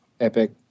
epic